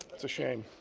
it's a shame.